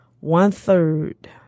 one-third